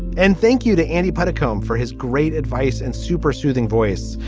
and thank you to andy pettitte combe for his great advice and super soothing voice,